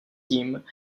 tím